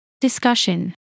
Discussion